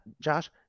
Josh